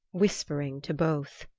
whispering to both.